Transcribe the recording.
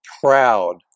proud